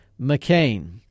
McCain